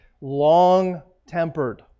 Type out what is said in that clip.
long-tempered